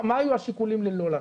מה היו השיקולים לא לעשות?